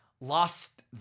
lost